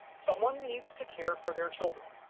someone needs to care for their children.